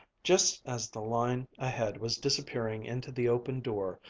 just as the line ahead was disappearing into the open door,